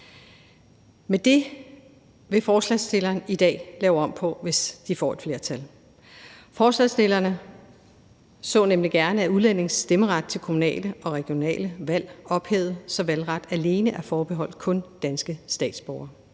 Men det vil forslagsstillerne i dag lave om på, hvis de får et flertal. Forslagsstillerne så nemlig gerne udlændinges stemmeret til kommunale og regionale valg ophævet, så valgretten alene var forbeholdt danske statsborgere.